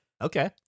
okay